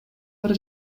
бара